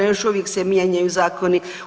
Još uvijek se mijenjaju zakoni.